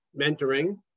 mentoring